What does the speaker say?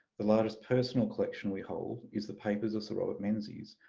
the largest personal collection we hold is the papers of sir robert menzies,